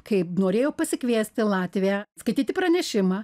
kai norėjo pasikviesti latviją skaityti pranešimą